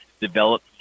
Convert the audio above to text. develop